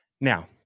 Now